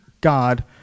God